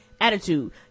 attitude